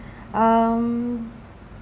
um